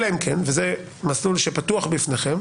אלא אם כן, וזה מסלול שפתוח בפניכם,